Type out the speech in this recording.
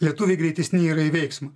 lietuviai greitesni yra į veiksmą